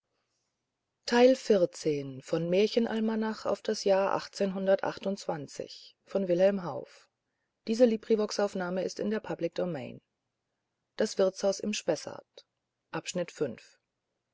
das wirtshaus im spessart